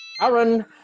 Aaron